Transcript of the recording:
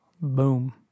Boom